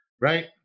Right